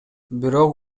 бирок